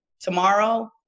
tomorrow